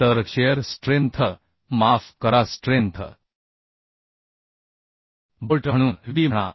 तरशिअर strength माफ करा strength bolt म्हणूनVb म्हणा